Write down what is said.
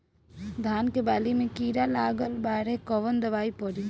धान के बाली में कीड़ा लगल बाड़े कवन दवाई पड़ी?